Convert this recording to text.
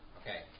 Okay